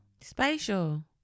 Spatial